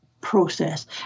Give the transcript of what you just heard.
process